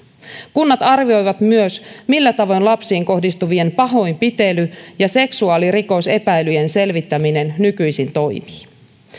kunnat arvioivat myös millä tavoin lapsiin kohdistuvien pahoinpitely ja seksuaalirikosepäilyjen selvittäminen nykyisin toimii